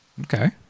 Okay